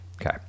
Okay